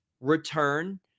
return